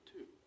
Two